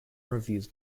reviews